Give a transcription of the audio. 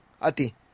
Ati